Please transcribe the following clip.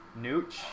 Nooch